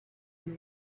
and